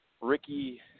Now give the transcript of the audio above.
Ricky